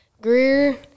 Greer